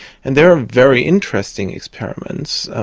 and there are very interesting experiments.